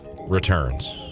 returns